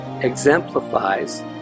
exemplifies